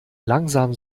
langsam